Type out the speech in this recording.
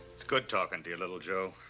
it's good talking to you, little joe.